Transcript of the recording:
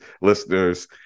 listeners